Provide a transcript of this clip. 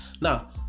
Now